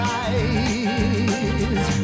eyes